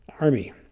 Army